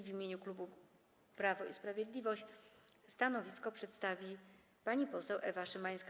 W imieniu klubu Prawo i Sprawiedliwość stanowisko przedstawi pani poseł Ewa Szymańska.